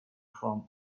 from